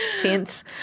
tense